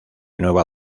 nueva